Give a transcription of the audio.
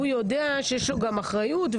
והוא יודע שיש לו גם אחריות.